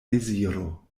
deziro